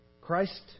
Christ